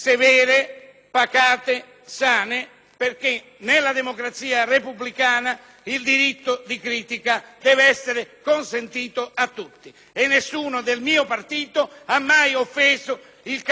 pacate, sane, perché nella democrazia repubblicana il diritto di critica deve essere consentito a tutti e nessuno del mio partito ha mai offeso il Capo dello Stato.